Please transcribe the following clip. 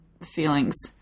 feelings